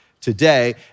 today